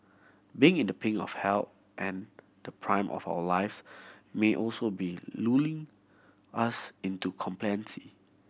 being in the pink of health and the prime of our lives may also be lulling us into complacency